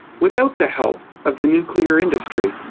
without the help of the nuclear industry.